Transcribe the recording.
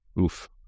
oof